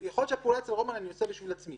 כשאתה עושה הכרת הלקוח אתה בודק נהנה.